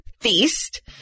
feast